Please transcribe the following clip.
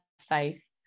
faith